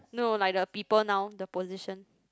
no like the people now the position